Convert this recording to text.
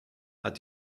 hat